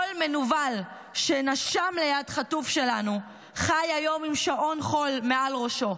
כל מנוול שנשם ליד חטוף שלנו חי היום עם שעון חול מעל ראשו.